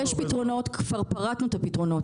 יש פתרונות, כבר פירטנו את הפתרונות.